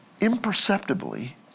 imperceptibly